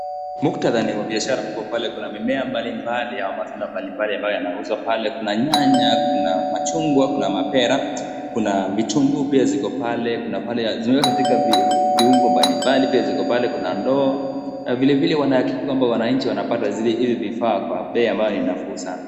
Muktadha ni wa biashara ambapo pale kuna mimea mbalimbali au matunda mbalimbali zinauzwa. Kuna nyanya kuna machungwa, kuna mapera, kuna vitunguu pia ziko pale zimewekwa katika viungo mbalimbali pia ziko pale. Kuna ndoo. Vilevile wanahakikisaha kwamba wananchi wanapata hivi vifaa kwa bei ambayo ni nafuu sana.